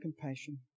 compassion